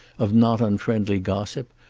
of not unfriendly gossip,